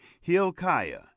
hilkiah